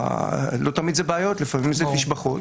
לא תמיד אלה בעיות ולפעמים אלה תשבחות